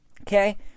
Okay